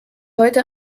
heute